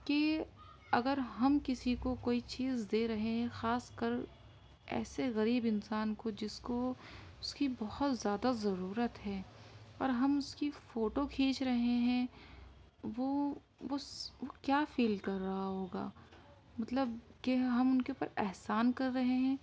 کہ اگر ہم کسی کو کوئی چیز دے رہے ہیں خاص کر ایسے غریب انسان کو جس کو اس كی بہت زیادہ ضرورت ہے اور ہم اس کی فوٹو کھنیچ رہے ہیں وہ وس کیا فیل کر رہا ہوگا مطلب کہ ہم ان کے اوپر احسان کر رہے ہیں